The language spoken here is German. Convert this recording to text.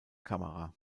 kamera